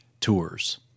tours